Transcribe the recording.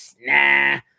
nah